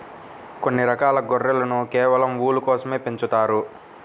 కొన్ని రకాల గొర్రెలను కేవలం ఊలు కోసమే పెంచుతారు